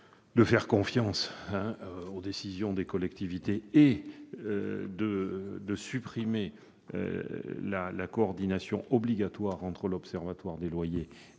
de faire confiance aux collectivités et de supprimer la coordination obligatoire entre l'Observatoire des loyers et la mise